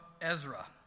Ezra